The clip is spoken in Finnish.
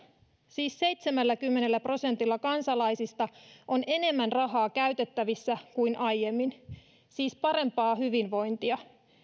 siis seitsemälläkymmenellä prosentilla kansalaisista on enemmän rahaa käytettävissä kuin aiemmin siis parempaa hyvinvointia